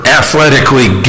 athletically